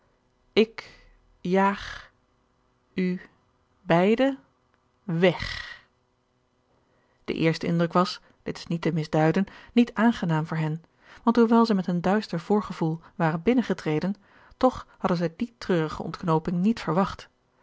ik jaag u beide weg de eerste indruk was dit is niet te misduiden niet aangenaam voor hen want hoewel zij met een duister voorgevoel waren bingeorge een ongeluksvogel nengetreden toch hadden zij die treurige ontknooping niet verwacht